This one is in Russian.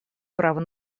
права